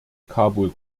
kabul